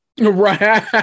Right